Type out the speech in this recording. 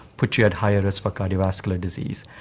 put you at higher risk for cardiovascular disease?